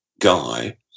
guy